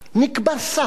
נקבע סף.